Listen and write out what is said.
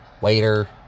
Waiter